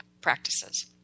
practices